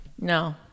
No